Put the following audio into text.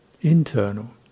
Internal